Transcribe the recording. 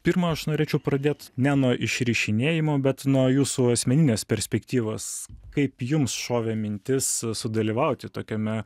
pirma aš norėčiau pradėt ne nuo išrišinėjimo bet nuo jūsų asmeninės perspektyvos kaip jums šovė mintis sudalyvauti tokiame